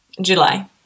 July